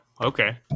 Okay